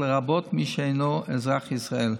לרבות מי שאינו אזרח ישראל,